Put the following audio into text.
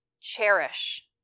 cherish